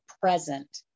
present